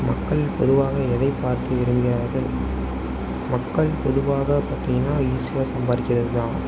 மக்கள் பொதுவாக எதைப் பார்த்து விரும்புகிறார்கள் மக்கள் பொதுவாக பார்த்திங்கனா ஈஸியாக சம்பாதிக்கிறதுதான்